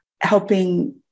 helping